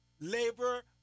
Labor